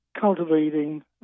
cultivating